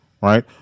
right